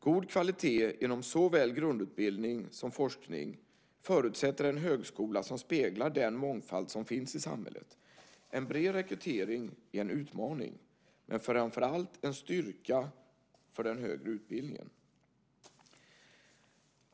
God kvalitet inom såväl grundutbildning som forskning förutsätter en högskola som speglar den mångfald som finns i samhället. En bred rekrytering är en utmaning men framför allt en styrka för den högre utbildningen.